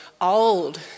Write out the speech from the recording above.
old